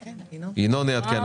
ינון יעדכן אותך.